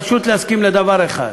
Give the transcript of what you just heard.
פשוט להסכים לדבר אחד,